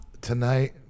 Tonight